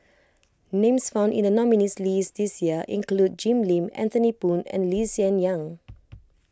names found in the nominees' list this year include Jim Lim Anthony Poon and Lee Hsien Yang